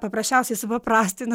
paprasčiausiai supaprastino